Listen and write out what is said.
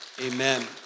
Amen